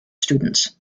students